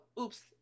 oops